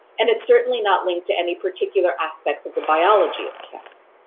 and it's certainly not linked to any particular aspects of the biology of cancer.